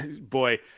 boy